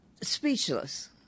speechless